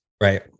Right